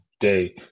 Day